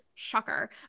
shocker